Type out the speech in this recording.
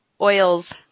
oils